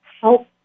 help